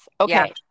Okay